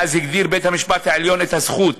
מאז הגדיר בית-המשפט העליון את הזכות